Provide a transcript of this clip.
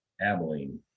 Abilene